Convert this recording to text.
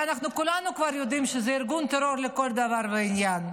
הרי אנחנו כולנו כבר יודעים שזה ארגון טרור לכל דבר ועניין.